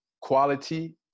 quality